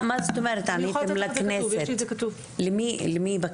תמיד מביאים לי